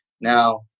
Now